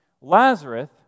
Lazarus